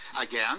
again